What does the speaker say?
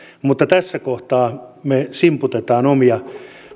mutta tässä kohtaa me simputamme omia